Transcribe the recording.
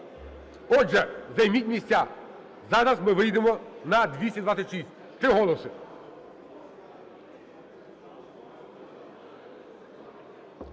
Отже, займіть місця, зараз ми вийдемо на 226. Три голоси.